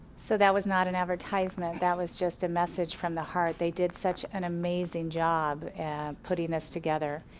so that was not an advertisement, that was a just a message from the heart. they did such an amazing job at putting this together.